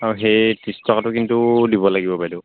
আৰু সেই ত্ৰিছ টকাটো কিন্তু দিব লাগিব বাইদেউ